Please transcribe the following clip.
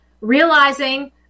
realizing